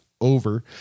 over